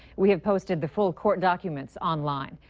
we've posted the full court documents online.